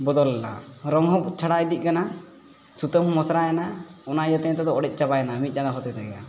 ᱵᱚᱫᱚᱞᱮᱱᱟ ᱨᱚᱝᱦᱚᱸ ᱪᱷᱟᱲᱟᱣ ᱤᱫᱤᱜ ᱠᱟᱱᱟ ᱥᱩᱛᱟᱹᱢᱦᱚᱸ ᱢᱚᱥᱨᱟᱭᱮᱱᱟ ᱚᱱᱟ ᱤᱭᱟᱹᱛᱮ ᱱᱤᱛᱚᱜ ᱫᱚ ᱚᱲᱮᱡ ᱪᱟᱵᱟᱭᱮᱱᱟ ᱢᱤᱫ ᱪᱟᱸᱫᱳ ᱦᱚᱛᱮ ᱛᱮᱜᱮ